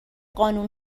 قانون